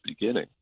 beginning